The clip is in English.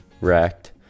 wrecked